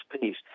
peace